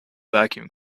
vacuum